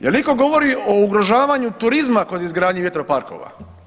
Jel itko govori o ugrožavanju turizma kod izgradnje vjetroparkova?